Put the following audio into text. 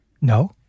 No